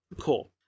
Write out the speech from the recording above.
cool